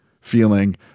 feeling